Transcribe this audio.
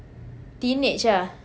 teenage ah